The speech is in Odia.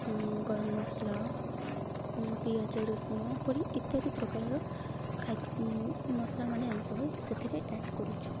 ଗରମ ମସଲା ପିଆଜ ରସୁଣ ପରି ଇତ୍ୟାଦି ପ୍ରକାରର ମସଲାମାନେ ଆମେ ସବୁ ସେଥିରେ ଆଡ଼୍ କରୁଛୁ